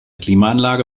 klimaanlage